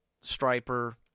Striper